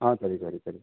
ஆ சரி சரி சரி